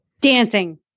dancing